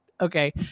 okay